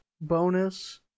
bonus